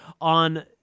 on